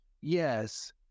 Yes